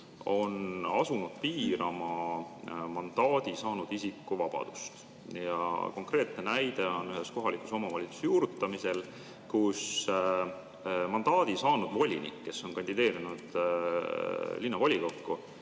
on asunud piirama mandaadi saanud isiku vabadust. Konkreetne näide on ühes kohalikus omavalitsuses juurutamisel, kus mandaadi saanud volinik, kes on kandideerinud linnavolikokku,